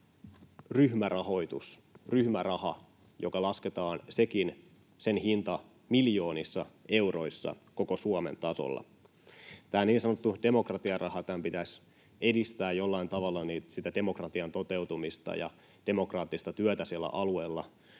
ryhmärahoitus, ryhmäraha, jonka hinta lasketaan sekin miljoonissa euroissa koko Suomen tasolla. Tämän niin sanotun demokratiarahan pitäisi edistää jollain tavalla demokratian toteutumista ja demokraattista työtä sillä alueella,